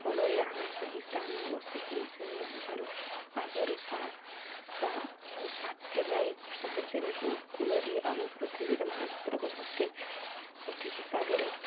ଫଳରେ ଆମେ ସେହି ସ୍ଥାନ ଅବସ୍ଥିତି ବିଷୟରେ ଜାଣିପାରୁ ଆଗରୁ ସାଟେଲାଇଟ୍ ସାହାଯ୍ୟରେ କୂଳରେ ଆମେ ପୃଥିବୀର ମାନଚିତ୍ରକୁ ସଠିକ୍ ସଠିକ୍ ହିସାବରେ